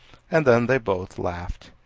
and then they both laughed.